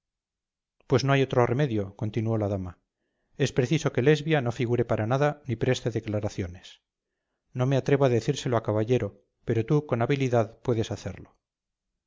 pues no hay otro remedio continuó la dama es preciso que lesbia no figure para nada ni preste declaraciones no me atrevo a decírselo a caballero pero tú con habilidad puedes hacerlo